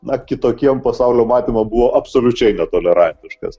na kitokiem pasaulio matymam buvau absoliučiai netolerantiškas